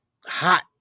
hot